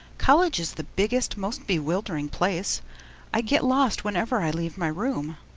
college is the biggest, most bewildering place i get lost whenever i leave my room.